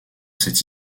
cette